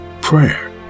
prayer